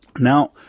Now